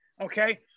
Okay